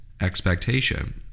expectation